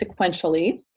sequentially